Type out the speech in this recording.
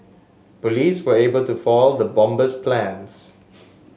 police were able to foil the bomber's plans